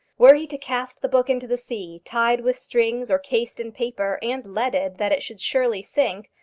were he to cast the book into the sea, tied with strings or cased in paper, and leaded, that it should surely sink,